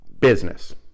business